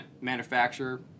manufacturer